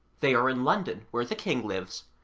they are in london, where the king lives,